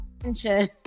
attention